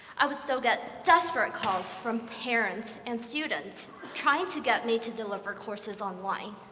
i would still get desperate calls from parents and students trying to get me to deliver courses online.